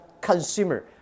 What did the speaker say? consumer